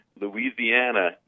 Louisiana